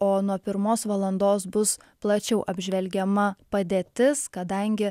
o nuo pirmos valandos bus plačiau apžvelgiama padėtis kadangi